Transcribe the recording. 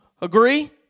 Agree